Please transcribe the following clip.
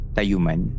Tayuman